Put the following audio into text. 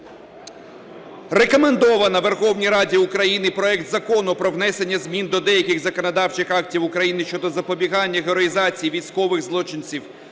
рекомендовано Верховній Раді України проект Закону про внесення змін до деяких законодавчих актів України щодо запобігання героїзації військових злочинців